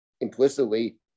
implicitly